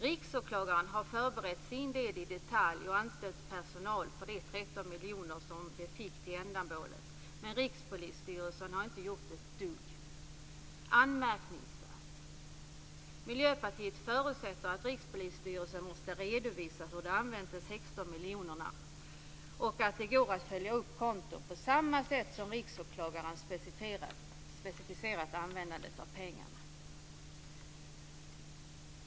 Riksåklagaren har förberett sin del i detalj och anställt personal för de 13 miljoner som man fick till ändamålet, men Rikspolisstyrelsen har inte gjort ett dugg. Det är anmärkningsvärt. Miljöpartiet förutsätter att Rikspolisstyrelsen måste redovisa hur den använt de 16 miljonerna. Det ska gå att följa upp dess konton på samma sätt som hos Riksåklagaren, där man specificerat användandet av pengarna.